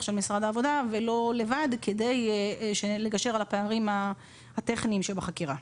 של משרד העבודה ולא לבד כדי לגשר על הפערים הטכניים שבחקירה.